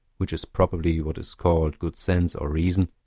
which is properly what is called good sense or reason,